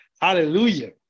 Hallelujah